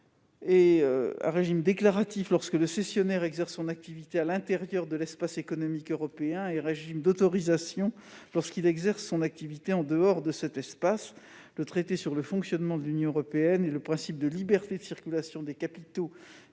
: un régime déclaratif, lorsque le cessionnaire exerce son activité à l'intérieur de l'espace économique européen, et un régime d'autorisation, lorsqu'il exerce son activité en dehors de cet espace. Le traité sur le fonctionnement de l'Union européenne et le principe de liberté de circulation des capitaux,